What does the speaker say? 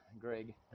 Greg